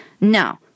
No